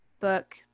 book